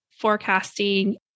forecasting